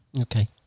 Okay